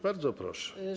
Bardzo proszę.